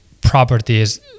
properties